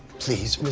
please,